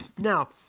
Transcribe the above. Now